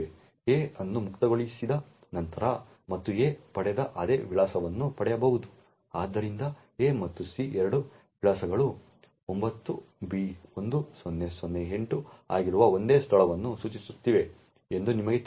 a ಅನ್ನು ಮುಕ್ತಗೊಳಿಸಿದ ನಂತರ ಅದು a ಪಡೆದ ಅದೇ ವಿಳಾಸವನ್ನು ಪಡೆಯಬಹುದು ಆದ್ದರಿಂದ a ಮತ್ತು c ಎರಡೂ ವಿಳಾಸಗಳು 9b10008 ಆಗಿರುವ ಒಂದೇ ಸ್ಥಳವನ್ನು ಸೂಚಿಸುತ್ತಿವೆ ಎಂದು ನಿಮಗೆ ತಿಳಿದಿದೆ